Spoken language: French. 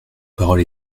parole